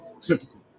Typical